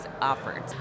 offered